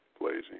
blazing